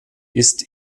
ist